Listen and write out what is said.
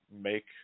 make